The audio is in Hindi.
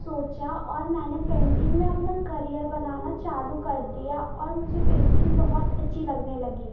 सोचा और मैंने पेंटिंग में अपना करियर बनाना चालू कर दिया और मुझे पेंटिंग बहुत अच्छी लगने लगी